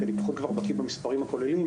כי היום אני כבר פחות בקיא במספרים הכוללים.